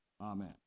Amen